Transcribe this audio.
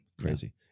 Crazy